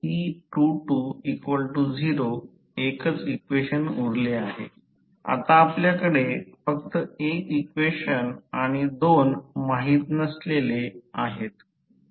परंतु आम्ही हे दुय्यम बाबीच्या संदर्भात बनविले आहे हे रे तांबे लॉस आहे Re2 I2 2 आणि हे Re2 आहे